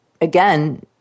again